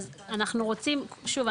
שוב,